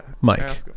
Mike